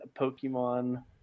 Pokemon